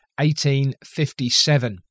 1857